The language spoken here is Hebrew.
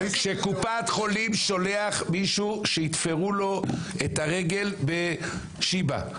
כשקופת החולים שולחת מישהו שיתפרו לו את הרגל בשיבא,